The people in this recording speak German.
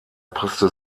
passte